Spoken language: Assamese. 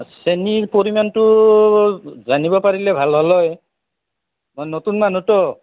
চেনীৰ পৰিমাণটো জানিব পাৰিলে ভাল হ'ল হয় মই নতুন মানুহতো